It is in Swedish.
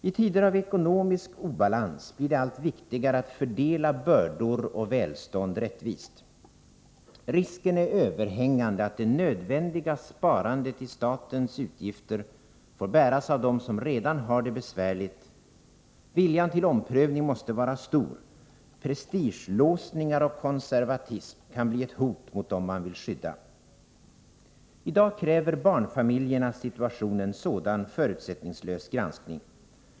I tider av ekonomisk obalans blir det allt viktigare att fördela bördor och välstånd rättvist. Risken är överhängande att det nödvändiga sparandet i statens utgifter får bäras av dem som redan har det besvärligt. Viljan till omprövning måste vara stor. Prestigelåsningar och konservatism kan bli ett hot mot dem som man vill skydda. Barnfamiljernas situation kräver en sådan förutsättningslös granskning.